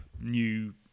new